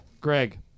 Greg